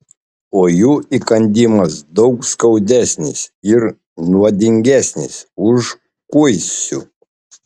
o jų įkandimas daug skaudesnis ir nuodingesnis už kuisių